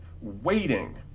waiting